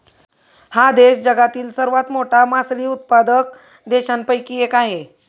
हा देश जगातील सर्वात मोठा मासळी उत्पादक देशांपैकी एक आहे